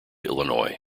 illinois